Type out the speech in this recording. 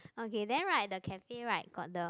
okay then right the cafe right got the